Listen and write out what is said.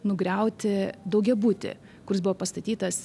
nugriauti daugiabutį kuris buvo pastatytas